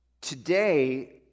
Today